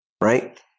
Right